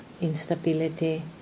instability